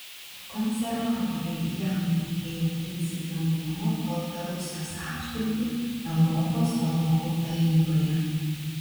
konservatoriai jam linkėjo principingumo baltarusijos atžvilgiu europos vadovų taryboje